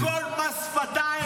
הכול מס שפתיים.